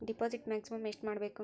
Deposit maximum ಎಷ್ಟು ಮಾಡಬೇಕು?